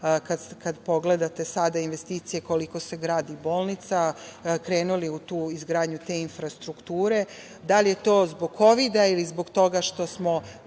kada pogledate sada investicije, koliko se gradi bolnica, krenuli u izgradnju te infrastrukture, da li je to zbog kovida ili zbog toga što smo